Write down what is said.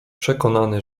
przekonany